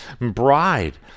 bride